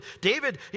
David